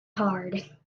hard